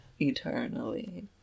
Eternally